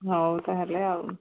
ହଉ ତା'ହେଲେ ଆଉ